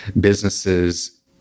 businesses